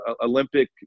Olympic